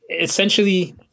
essentially